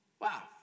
Wow